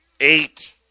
Eight